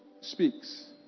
speaks